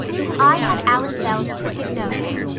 if i had alice bell's crooked nose,